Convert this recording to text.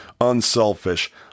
unselfish